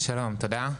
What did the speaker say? תודה.